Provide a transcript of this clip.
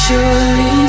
Surely